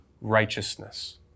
righteousness